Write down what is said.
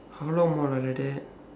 how long more lah like that